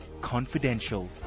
confidential